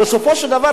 בסופו של דבר,